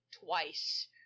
twice